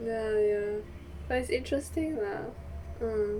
ya ya but it's interesting lah mm